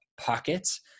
pockets